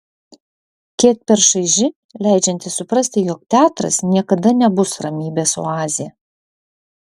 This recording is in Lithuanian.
kiek per šaiži leidžianti suprasti jog teatras niekada nebus ramybės oazė